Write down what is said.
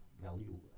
value